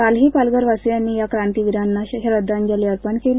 काल ही पालघर वासियांनी या क्रांतीवीरांना श्रद्वांजली अर्पण केली